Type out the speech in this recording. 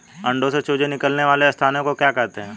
अंडों से चूजे निकलने वाले स्थान को क्या कहते हैं?